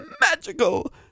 magical